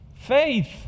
Faith